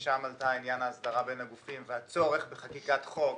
שם עלה עניין ההסדרה בין הגופים והצורך בחקיקת חוק,